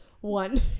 one